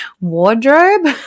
wardrobe